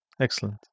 Excellent